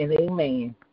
amen